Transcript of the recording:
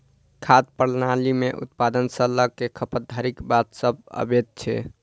खाद्य प्रणाली मे उत्पादन सॅ ल क खपत धरिक बात सभ अबैत छै